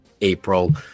April